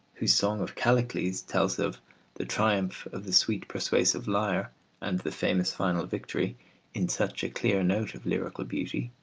whose song of callicles tells of the triumph of the sweet persuasive lyre and the famous final victory in such a clear note of lyrical beauty,